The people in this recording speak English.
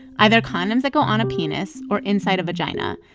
either condoms that go on a penis or inside a vagina.